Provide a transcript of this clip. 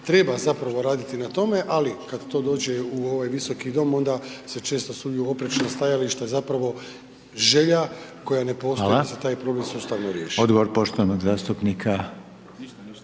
Treba zapravo raditi na tome, ali kad to dođe u ovaj Visoki dom onda se čuju oprečna stajališta, zapravo želja koja ne postoji da se taj problem sustavno riješi. **Reiner, Željko (HDZ)** Hvala.